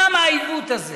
למה העיוות הזה?